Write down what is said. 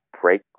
break